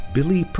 Billy